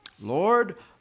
Lord